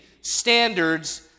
standards